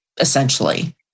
essentially